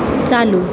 चालू